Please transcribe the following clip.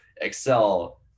Excel